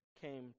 came